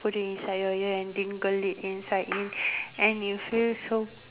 put it inside your ear and tingle it inside in and it feel so